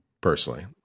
personally